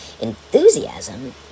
enthusiasm